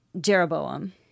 Jeroboam